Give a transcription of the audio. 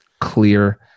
clear